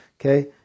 okay